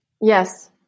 Yes